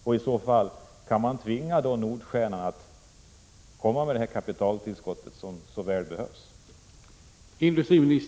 Och i så fall: Kan man då tvinga Nordstjernan att komma med det här kapitaltillskottet som så väl behövs?